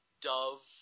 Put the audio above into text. Dove